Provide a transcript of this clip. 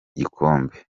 gikombe